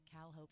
CalHOPE